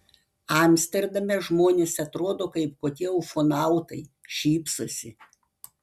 amsterdame žmonės atrodo kaip kokie ufonautai šypsosi